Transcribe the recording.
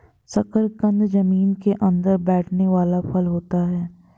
शकरकंद जमीन के अंदर बैठने वाला फल होता है